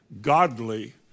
Godly